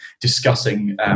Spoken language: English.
discussing